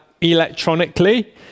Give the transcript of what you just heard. electronically